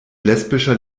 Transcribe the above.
lesbischer